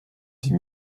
die